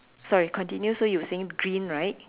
sorry continue so you saying green right